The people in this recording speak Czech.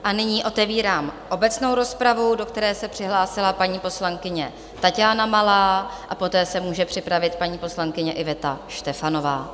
A nyní otevírám obecnou rozpravu, do které se přihlásila paní poslankyně Taťána Malá, a poté se může připravit paní poslankyně Iveta Štefanová.